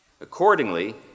Accordingly